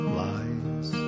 lies